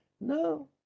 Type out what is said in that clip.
no